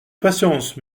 patience